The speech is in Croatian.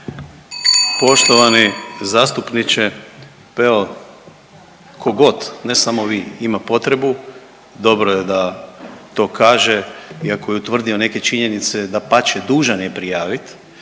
Poštovani zastupniče, pa evo tko god ne samo vi ima potrebu dobro je da to kaže i ako je utvrdio neke činjenice dapače dužan je prijaviti,